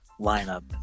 lineup